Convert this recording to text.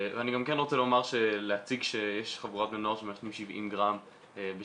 ואני גם כן רוצה להציג שיש חבורות בני נוער שמעשנים 70 גרם בשבוע,